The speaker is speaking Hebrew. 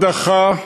הדחה,